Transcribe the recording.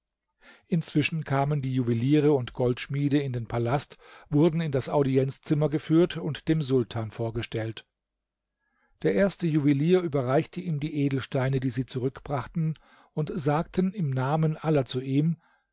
inzwischen kamen die juweliere und goldschmiede in den palast wurden in das audienzzimmer geführt und dem sultan vorgestellt der erste juwelier überreichte ihm die edelsteine die sie zurückbrachten und sagte im namen aller zu ihm